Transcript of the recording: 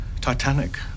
Titanic